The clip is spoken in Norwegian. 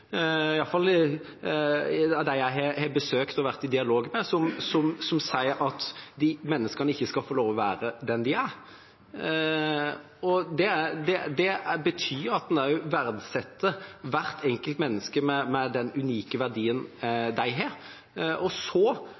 av de jeg har besøkt og vært i dialog med – som sier at de menneskene ikke skal få lov til å være den de er. Det betyr at en også verdsetter hvert enkelt menneske med den unike verdien det har. Og så